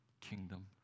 kingdom